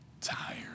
tired